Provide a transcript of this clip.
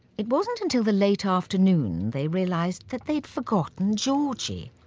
it wasn't until the late afternoon they realised that they'd forgotten georgie,